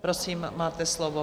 Prosím, máte slovo.